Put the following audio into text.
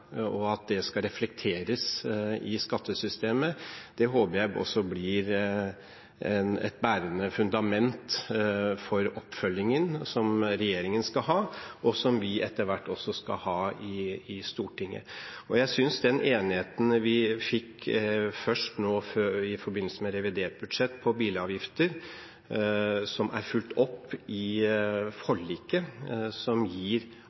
og at det skal reflekteres i skattesystemet, det håper jeg også blir et bærende fundament for oppfølgingen som regjeringen skal ha, og som vi etter hvert også skal ha i Stortinget. Jeg synes den enigheten vi nå fikk om bilavgifter – først i forbindelse med revidert budsjett, som er fulgt opp i forliket – gir